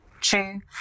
true